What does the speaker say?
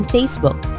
Facebook